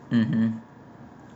mmhmm